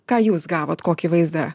ką jūs gavot kokį vaizdą